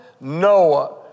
Noah